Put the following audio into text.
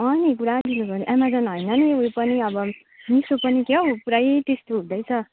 अँ नि पुरा ढिलो गऱ्यो एमाजोन होइन नि ऊ यो पनि अब मिसो पनि क्या हौ पुरै त्यस्तो हुँदैछ